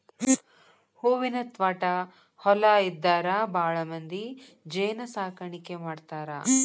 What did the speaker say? ಹೂವಿನ ತ್ವಾಟಾ ಹೊಲಾ ಇದ್ದಾರ ಭಾಳಮಂದಿ ಜೇನ ಸಾಕಾಣಿಕೆ ಮಾಡ್ತಾರ